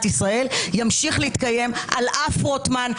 ישראל ימשיך להתקיים על אף רוטמן,